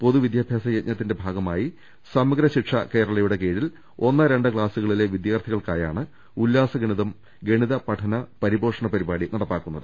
പൊതുവിദ്യാഭ്യാസ യജ്ഞത്തിന്റെ ഭാഗമായി സമഗ്രശിക്ഷ കേരളയുടെ കീഴിൽ ഒന്ന് രണ്ട് ക്ലാസുക ളിലെ വിദ്യാർത്ഥികൾക്കായാണ് ഉല്ലാസ് ഗുണിതം ഗണിത പഠന പരി പോഷണ പരിപാടി നടപ്പാക്കുന്നത്